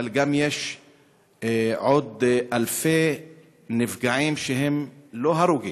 אבל יש עוד אלפי נפגעים שהם לא הרוגים,